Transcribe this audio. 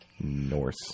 Norse